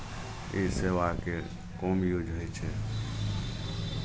ई सेवाके कम यूज होइ छै